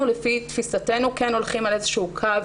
אנחנו לפי תפיסתנו כן הולכים על איזשהו קו